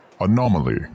anomaly